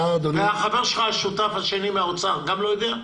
החבר שלך, השותף, מהאוצר, גם הוא לא יודע?